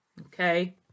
Okay